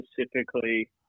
specifically